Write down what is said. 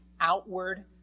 outward